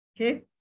Okay